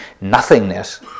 nothingness